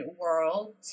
world